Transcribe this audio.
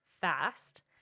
fast